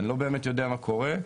אני לא באמת יודע מה קורה.